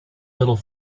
little